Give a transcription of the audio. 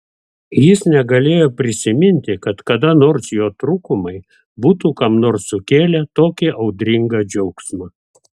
jis negalėjo prisiminti kad kada nors jo trūkumai būtų kam nors sukėlę tokį audringą džiaugsmą